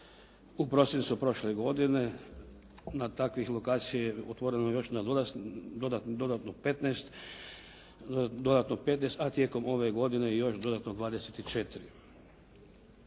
U prosincu prošle godine na takvih lokacija je otvoreno još dodatno 15, a tijekom ove godine još dodatno 24.